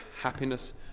happiness